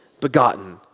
begotten